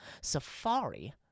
safari